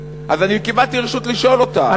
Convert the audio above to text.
קיבלתי רשות לשאול אותה.